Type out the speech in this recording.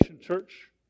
church